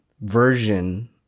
version